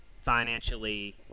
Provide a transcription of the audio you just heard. financially